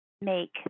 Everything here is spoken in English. make